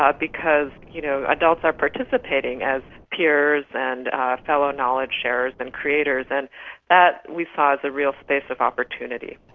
ah because you know adults are participating as peers and fellow knowledge sharers and creators, and that we saw as a real space of opportunity.